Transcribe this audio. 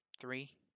Three